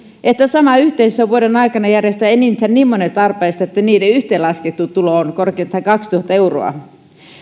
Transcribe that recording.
että sama yhteisö saa vuoden aikana järjestää enintään niin monet arpajaiset että niiden yhteenlaskettu tulo on korkeintaan kaksituhatta euroa